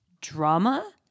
drama